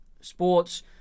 sports